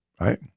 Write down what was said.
right